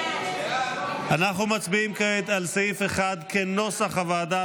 אנחנו מצביעים כעת על סעיף 1 כנוסח הוועדה,